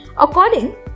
according